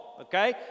okay